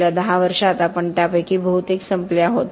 गेल्या 10 वर्षात आपण त्यापैकी बहुतेक संपले आहोत